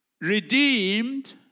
redeemed